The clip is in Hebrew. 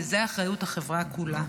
וזה באחריות החברה כולה.